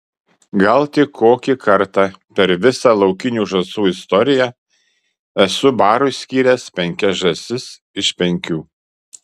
gal tik kokį kartą per visą laukinių žąsų istoriją esu barui skyręs penkias žąsis iš penkių